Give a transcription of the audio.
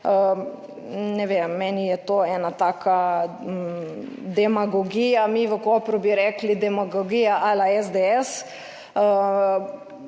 ne vem, meni je to ena taka demagogija. Mi v Kopru bi rekli demagogija ala SDS.